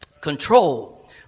Control